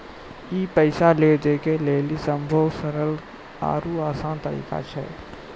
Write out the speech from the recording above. ई पैसा लै दै के लेली सभ्भे से सरल आरु असान तरिका छै